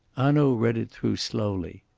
hanaud read it through slowly.